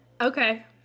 Okay